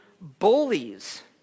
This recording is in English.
bullies